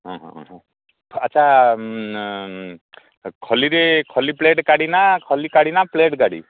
ହଁ ହଁ ହଁ ଆଚ୍ଛା ଖଲିରେ ଖଲି ପ୍ଲେଟ୍ କଢ଼ିବି ନା ଖଲି କଢ଼ିବି ନା ପ୍ଲେଟ୍ କଢ଼ିବି